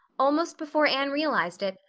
almost before anne realized it,